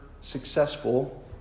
successful